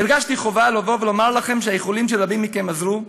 "הרגשתי חובה לבוא ולומר לכם שהאיחולים של רבים מכם עזרו.